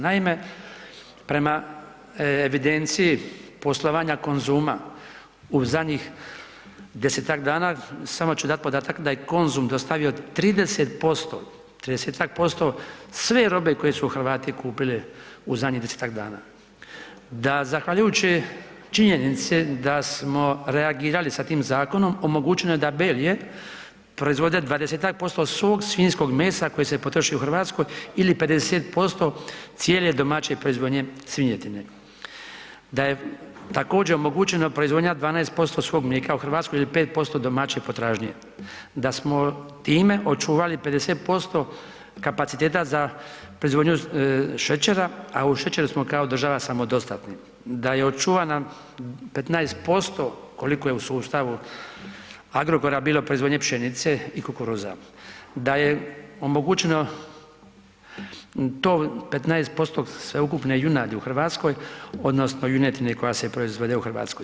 Naime, prema evidencije poslovanja Konzuma u zadnjih desetak dana samo ću dati podatak da je Konzum dostavio 30%, tridesetak posto sve robe koje su Hrvati kupili u zadnjih desetak dana, da zahvaljujući činjenici da smo reagirali sa tim zakonom omogućeno je da Belje proizvode 20-ak % svog svinjskog mesa koje se potroši u Hrvatskoj ili 50% cijele domaće proizvodnje svinjetine, da je također omogućeno proizvodnja 12% svog mlijeka u Hrvatskoj ili 5% domaće potražnje, da smo time očuvali 50% kapaciteta za proizvodnju šećera, a u šećeru smo kao država samodostatni, da je očuvano 15% koliko je u sustavu Agrokora bilo proizvodnje pšenice i kukuruza, da je omogućeno tov 15% sveukupne junadi u Hrvatskoj odnosno junetine koja se proizvede u Hrvatskoj.